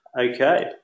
Okay